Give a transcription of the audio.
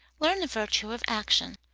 learn the virtue of action.